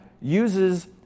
uses